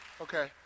Okay